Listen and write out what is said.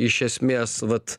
iš esmės vat